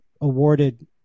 awarded